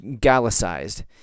Gallicized